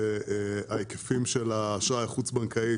וההיקפים של האשראי החוץ-בנקאי,